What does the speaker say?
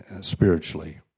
spiritually